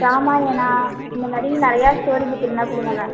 ராமாயணா இந்த மாரி நிறையா ஸ்டோரி புக் இருந்தால் கொடுங்க மேம்